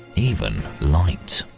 even light.